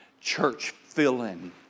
church-filling